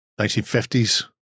1950s